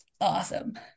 Awesome